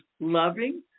loving